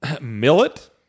Millet